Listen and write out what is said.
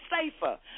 safer